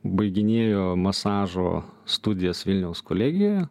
baiginėjo masažo studijas vilniaus kolegijoje